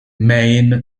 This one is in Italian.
maine